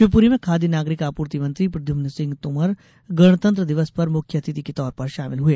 शिवपुरी में खाद्य नागरिक आपूर्ति मंत्री प्रद्युम्न सिंह तोमर गणतंत्र दिवस पर मुख्य अतिथि के तौर पर शामिल हुए